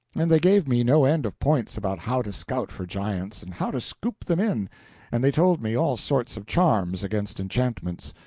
and they gave me no end of points about how to scout for giants, and how to scoop them in and they told me all sorts of charms against enchantments,